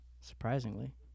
Surprisingly